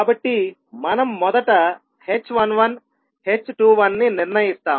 కాబట్టి మనం మొదట h11 h21 ని నిర్ణయిస్తాము